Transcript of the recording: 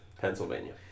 Pennsylvania